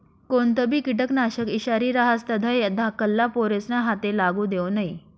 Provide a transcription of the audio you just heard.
कोणतंबी किटकनाशक ईषारी रहास तधय धाकल्ला पोरेस्ना हाते लागू देवो नै